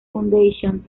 foundation